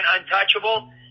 untouchable